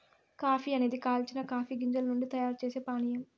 coffee అనేది కాల్చిన coffee గింజల నుండి తయారు చేసే పానీయం